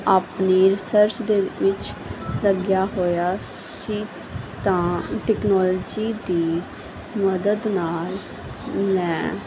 ਆਪਨੇ ਰਿਸਰਚ ਦੇ ਵਿੱਚ ਲੱਗਿਆ ਹੋਇਆ ਸੀ ਤਾਂ ਟੈਕਨੋਲਜੀ ਦੀ ਮਦਦ ਨਾਲ ਮੈਂ